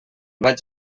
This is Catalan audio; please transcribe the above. vaig